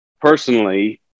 personally